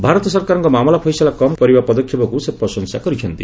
ଭାରତ ସରକାରଙ୍କ ମାମଲା ଫଇସଲା କମ୍ କରିବା ପଦକ୍ଷେପକୁ ସେ ପ୍ରଶଂସା କରିଛନ୍ତି